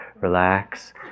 Relax